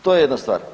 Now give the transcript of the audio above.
To je jedna stvar.